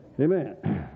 Amen